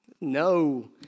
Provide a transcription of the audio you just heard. No